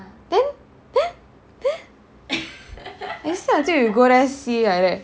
then then then you say until you go there see like that